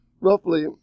roughly